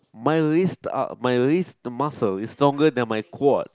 my wrist uh my wrist muscle is stronger than my quad